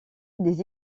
des